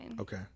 Okay